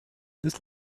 this